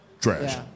trash